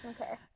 Okay